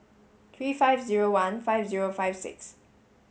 three five zero one five zero five six